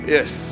Yes